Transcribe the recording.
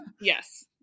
Yes